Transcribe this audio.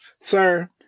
Sir